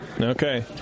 Okay